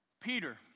peter